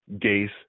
Gaze